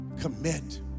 commit